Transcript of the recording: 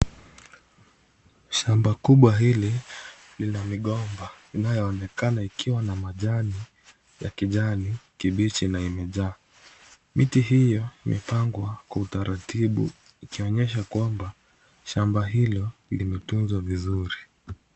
Shamba kubwa hili lina migomba, inayoonekana ikiwa na majani ya kijani kibichi na imejaa. Miti hiyo imepangwa kwa utaratibu ikionyesha kwamba shamba hilo limetunzwa vizuri.